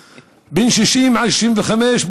70. בן 60 עד 65,